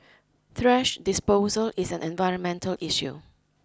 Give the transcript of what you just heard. trash disposal is an environmental issue